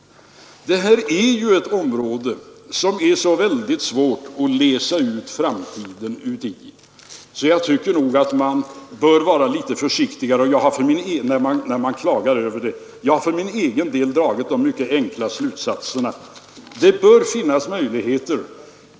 Detta är ett område, där det är väldigt svårt att utläsa framtiden. Jag tycker därför att man bör vara litet försiktigare när man klagar. För min egen del har jag dragit den mycket enkla slutsatsen att här finns två motpoler.